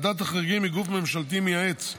ועדת החריגים היא גוף ממשלתי מייעץ,